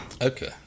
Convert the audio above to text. Okay